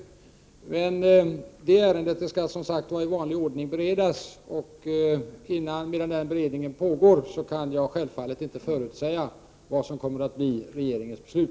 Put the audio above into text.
Men detta ärende skall som sagt i vanlig ordning beredas, och medan beredningen pågår kan jag självfallet inte förutsäga vad som kommer att bli regeringens beslut.